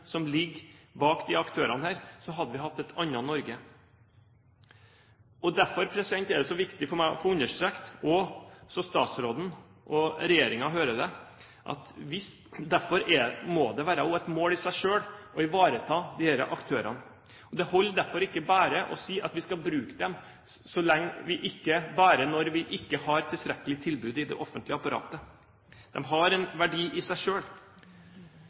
hadde vi hatt et annet Norge. Derfor er det så viktig for meg å få understreket, også så statsråden og regjeringen hører det, at det også må være et mål i seg selv å ivareta disse aktørene. Det holder derfor ikke bare å si at vi skal bruke dem bare når vi ikke har tilstrekkelig tilbud i det offentlige apparatet. De har en verdi i seg